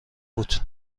بود